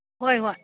ꯍꯣꯏ ꯍꯣꯏ